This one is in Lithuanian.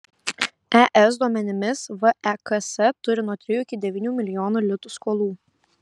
es duomenimis veks turi nuo trijų iki devynių milijonų litų skolų